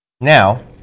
Now